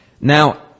Now